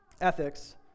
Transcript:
ethics